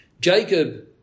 Jacob